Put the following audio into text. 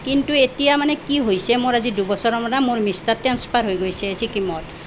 কিন্তু এতিয়া মানে কি হৈছে মোৰ আজি দুবছৰৰ পৰা মোৰ মিষ্টাৰ ট্ৰান্সফাৰ হৈ গৈছে চিকিমত